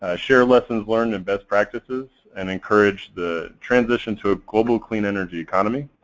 ah share lessons learned and best practices, and encourage the transition to a global clean energy economy.